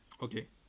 okay